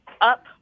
up